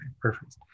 perfect